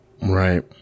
right